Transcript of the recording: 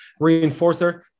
reinforcer